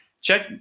Check